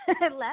left